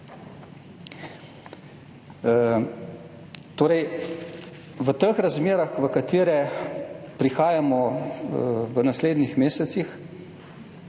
razprle. V teh razmerah, v katere prihajamo v naslednjih mesecih,